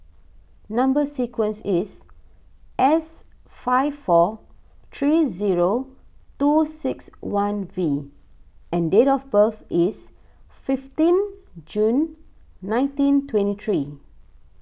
Number Sequence is S five four three zero two six one V and date of birth is fifteen June nineteen twenty three